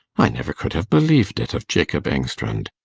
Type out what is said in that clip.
i never could have believed it of jacob engstrand.